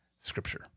scripture